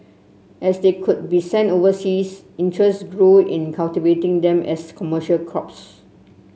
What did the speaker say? as they could be sent overseas interest grew in cultivating them as commercial crops